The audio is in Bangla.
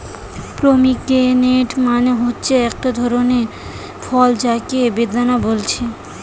পমিগ্রেনেট মানে হচ্ছে একটা ধরণের ফল যাকে বেদানা বলছে